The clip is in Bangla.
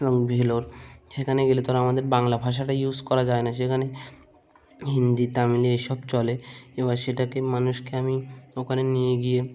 এবং ভেলোর সেখানে গেলে তো আমাদের বাংলা ভাষাটা ইউজ করা যায় না সেখানে হিন্দি তামিল এইসব চলে এবার সেটাকে মানুষকে আমি ওখানে নিয়ে গিয়ে